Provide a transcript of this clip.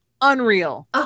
Unreal